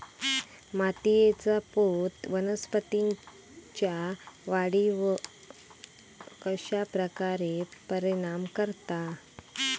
मातीएचा पोत वनस्पतींएच्या वाढीवर कश्या प्रकारे परिणाम करता?